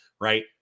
right